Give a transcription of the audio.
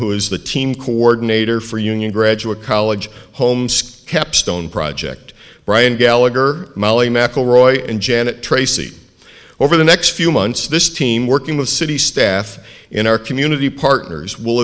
who is the team coordinator for union graduate college home school capstone project brian gallagher molly mcelroy and janet tracey over the next few months this team working with city staff in our community partners will